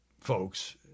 folks